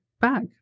back